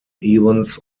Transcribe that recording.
evans